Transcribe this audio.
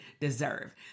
deserve